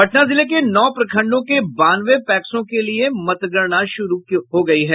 पटना जिले के नौ प्रखंडों के बानवे पैक्सों के लिये मतगणना शुरू हो गयी है